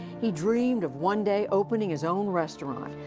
he dreamed of one day opening his own restaurant,